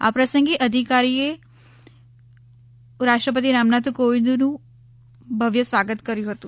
આ પ્રસંગે અધિકારીઓએ રાષ્ટ્રપતિ રામનાથ કોવિન્દ નું ભવ્ય સ્વાગત કર્યું હતું